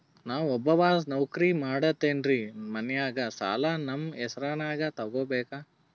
ನಾ ಒಬ್ಬವ ನೌಕ್ರಿ ಮಾಡತೆನ್ರಿ ಮನ್ಯಗ ಸಾಲಾ ನಮ್ ಹೆಸ್ರನ್ಯಾಗ ತೊಗೊಬೇಕ?